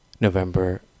November